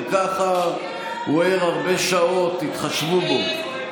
גם ככה הוא ער הרבה שעות, תתחשבו בו.